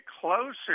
closer